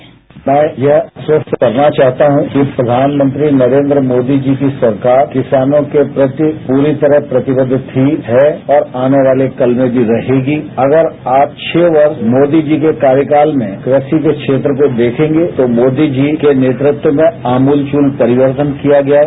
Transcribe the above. sound bite मैं यह आश्वस्त करना चाहता हूं कि प्रधानमंत्री नरेन्द्र मोदी जी की सरकार किसानों के प्रति पूरी तरह प्रतिबद्ध थी है और आने वाले कल में भी रहेगी अगर आप छह वर्ष मोदी जी के कार्यकाल में कृषि के क्षेत्र को देखेंगे तो मोदी जी के नेतृत्व में आमूलचूल परिवर्तन किया गया है